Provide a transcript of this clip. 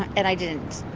and i didn't,